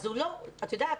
לא יודע.